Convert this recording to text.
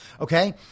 Okay